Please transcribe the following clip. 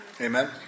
Amen